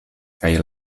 kaj